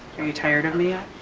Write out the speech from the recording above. you tired of me